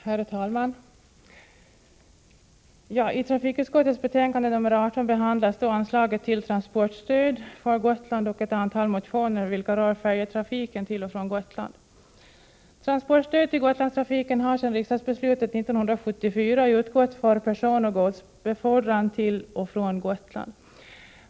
Herr talman! I trafikutskottets betänkande nr 18 behandlas anslaget till Transportstöd för Gotland och ett antal motioner vilka rör färjetrafiken till och från Gotland. Transportstöd till Gotlandstrafiken har sedan riksdagsbeslutet 1974 utgått för personoch godsbefordran till och från Gotland.